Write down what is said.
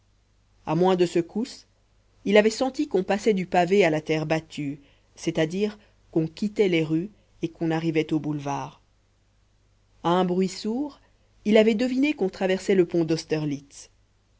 à moins de secousses il avait senti qu'on passait du pavé à la terre battue c'est-à-dire qu'on quittait les rues et qu'on arrivait aux boulevards à un bruit sourd il avait deviné qu'on traversait le pont d'austerlitz